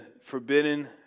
forbidden